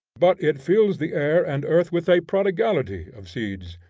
but it fills the air and earth with a prodigality of seeds,